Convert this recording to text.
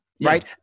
Right